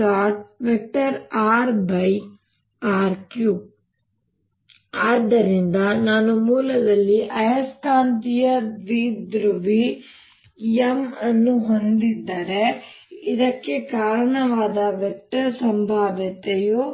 rr3 ಆದ್ದರಿಂದ ನಾನು ಮೂಲದಲ್ಲಿ ಆಯಸ್ಕಾಂತೀಯ ದ್ವಿಧ್ರುವಿ m ಅನ್ನು ಹೊಂದಿದ್ದರೆ ಇದಕ್ಕೆ ಕಾರಣವಾದ ವೆಕ್ಟರ್ ಸಂಭಾವ್ಯತೆಯು